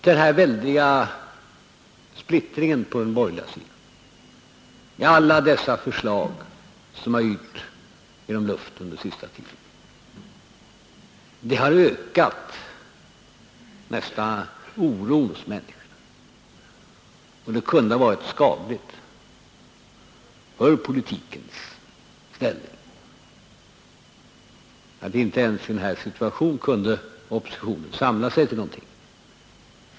Den väldiga splittringen på den borgerliga sidan med alla de förslag som har yrt genom luften på den senaste tiden har ökat oron hos människorna, vilket kunde ha varit skadligt för politiken. Inte ens i en situation som den rådande kan oppositionen samla sig till någonting.